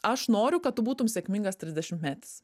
aš noriu kad tu būtum sėkmingas trisdešimtmetis